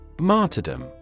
Martyrdom